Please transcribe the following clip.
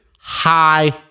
high